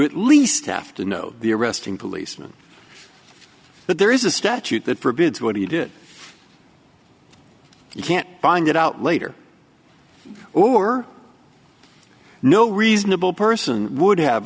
at least have to know the arresting policeman but there is a statute that forbids what he did you can't find that out later or no reasonable person would have